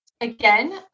Again